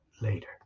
later